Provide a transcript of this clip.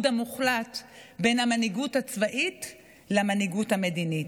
המוחלט בין המנהיגות הצבאית למנהיגות המדינית.